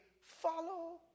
follow